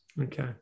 okay